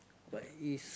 but is